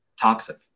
toxic